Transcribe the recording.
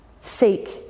Seek